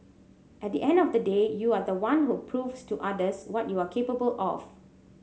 at the end of the day you are the one who proves to others what you are capable of